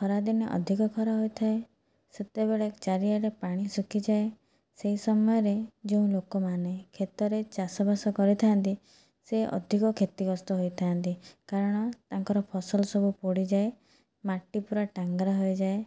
ଖରା ଦିନେ ଅଧିକ ଖରା ହୋଇଥାଏ ସେତେବେଳେ ଚାରିଆଡ଼େ ପାଣି ଶୁଖିଯାଏ ସେଇ ସମୟରେ ଯେଉଁ ଲୋକମାନେ କ୍ଷେତରେ ଚାଷବାସ କରିଥାନ୍ତି ସେ ଅଧିକ କ୍ଷତିଗ୍ରସ୍ତ ହୋଇଥାନ୍ତି କାରଣ ତାଙ୍କର ଫସଲ ସବୁ ପୋଡ଼ି ଯାଏ ମାଟି ସବୁ ଟାଙ୍ଗେରା ହୋଇଯାଏ